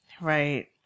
Right